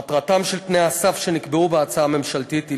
מטרתם של תנאי הסף שנקבעו בהצעה הממשלתית היא